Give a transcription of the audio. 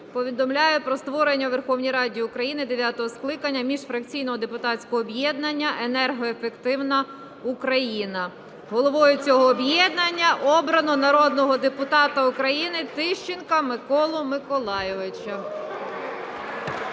повідомляю про створення у Верховній Раді України дев'ятого скликання міжфракційного депутатського об'єднання "Енергоефективна Україна". Головою цього об'єднання обрано народного депутата України Тищенка Миколу Миколайовича.